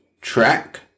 track